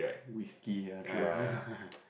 whisky ya true